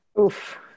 Oof